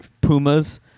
pumas